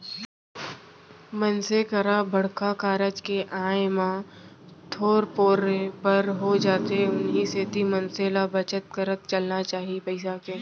मनसे करा बड़का कारज के आय म धपोरे बर हो जाथे उहीं सेती मनसे ल बचत करत चलना चाही पइसा के